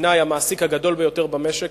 המדינה היא המעסיק הגדול ביותר במשק,